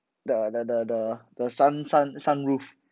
the the the the sun sun sun roof